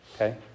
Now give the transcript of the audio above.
Okay